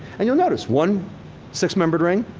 and you'll notice, one six-membered ring,